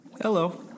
Hello